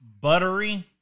buttery